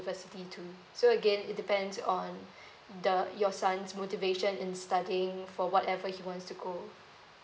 university too so again it depends on the uh your son's motivation in studying for whatever he wants to go